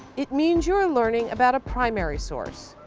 it means you're learning about a primary source.